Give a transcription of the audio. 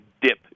dip